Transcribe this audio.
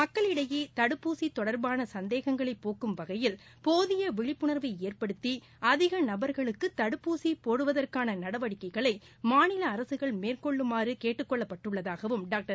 மக்களிடையே தடுப்பூசி தொடர்பான சந்தேகங்களை போக்கும் வகையில் போதிய விழிப்புணர்வை ஏற்படுத்தி அதிக நபர்களுக்கு தடுப்பூசி போடுவதற்னன நடவடிக்கைகளை மாநில அரசுகள் மேற்கொள்ளுமாறு கேட்டுக் கொள்ளப்பட்டுள்ளதாகவும் டாக்டர்